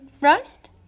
rust